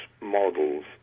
models